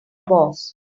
boss